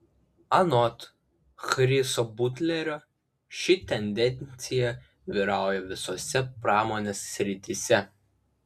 anot chriso butlerio ši tendencija vyrauja visose pramonės srityse